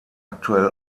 aktuell